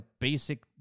basic